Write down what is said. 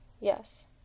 yes